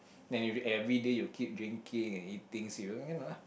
then you everyday keep drinking eating you know